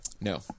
No